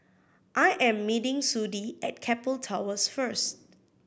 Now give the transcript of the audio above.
I am meeting Sudie at Keppel Towers first